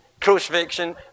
crucifixion